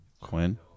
Quinn